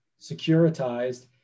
securitized